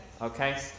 okay